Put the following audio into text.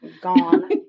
Gone